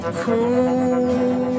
cool